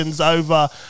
over